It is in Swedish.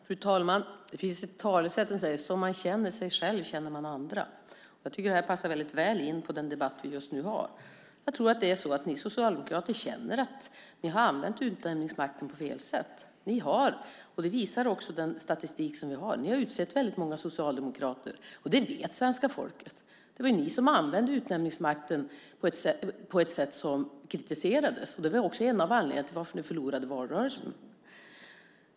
Fru talman! Det finns ett talesätt som säger: Som man känner sig själv känner man andra. Jag tycker att det passar väldigt väl in på den debatt som vi nu har. Jag tror att det är så att ni socialdemokrater känner att ni har använt utnämningsmakten på fel sätt. Ni har, och det visar också den statistik som vi har, utsett många socialdemokrater. Det vet svenska folket. Det var ni som använde utnämningsmakten på ett sätt som kritiserades. Det var en av anledningarna till att ni förlorade valrörelsen.